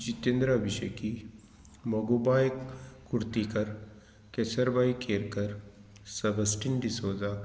Jitendra Abhisheki Mogubai Kurdikar Kesarbai Kerkar Sebastian D'Souza